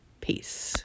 Peace